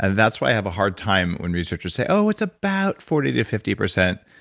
and that's why i have a hard time when researchers say, oh, it's about forty to fifty percent.